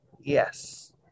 Yes